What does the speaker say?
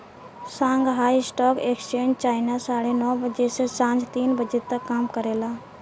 Shanghai stock exchange China साढ़े नौ बजे से सांझ तीन बजे तक काम करेला